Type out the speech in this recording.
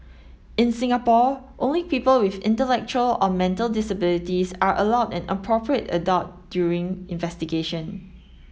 in Singapore only people with intellectual or mental disabilities are allowed an appropriate adult during investigation